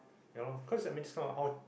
ya lor cause i mean this kind of how how